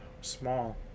small